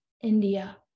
India